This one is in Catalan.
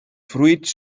fruits